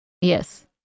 Yes